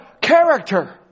character